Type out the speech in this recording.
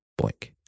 Boink